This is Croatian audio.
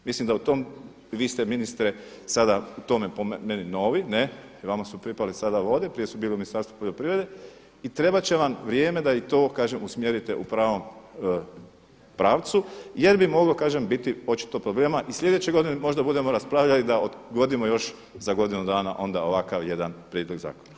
Mislim da u tom, vi ste ministre sada u tome po meni novi, jer vama su pripale sada vode, prije su bile u Ministarstvu poljoprivrede i trebat će vam vrijeme da i to kažem usmjerite u pravom pravcu jer bi moglo kažem biti očito problema i slijedeće godine možda budemo raspravljali da odgodimo još za godinu dana onda ovakav jedan prijedlog zakona.